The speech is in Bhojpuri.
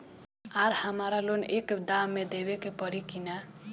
आर हमारा लोन एक दा मे देवे परी किना?